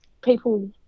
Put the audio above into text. people